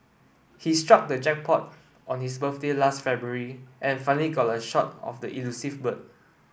he struck the jackpot on his birthday last February and finally got a shot of the elusive bird